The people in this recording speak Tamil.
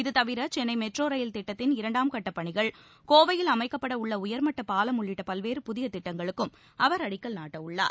இதுதவிர சென்னை மெட்ரோ ரயில் திட்டத்தின் இரண்டாம் கட்டப் பணிகள் கோவையில் அமைக்கப்படவுள்ள உயர்மட்டப் பாலம் உள்ளிட்ட பல்வேறு புதிய திட்டங்களுக்கும் அவர் அடிக்கல் நாட்டவுள்ளார்